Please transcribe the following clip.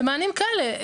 במענים כאלה.